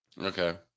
okay